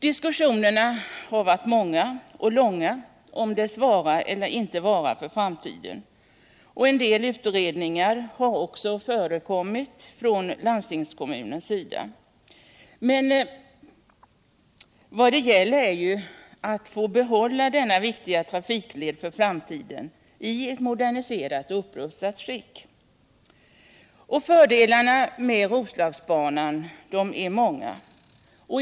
Diskussionerna har varit många och långa om dess vara eller icke vara för framtiden. En del utredningar har också gjorts från landstingskommunens sida. Vad saken gäller är att få behålla denna viktiga trafikled för framtiden i ett moderniserat och upprustat skick. Fördelarna med Roslagsbanan är många.